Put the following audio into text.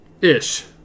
Ish